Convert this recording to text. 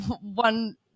one